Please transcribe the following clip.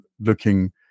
looking